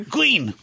Queen